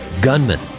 gunman